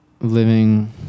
living